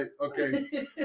Okay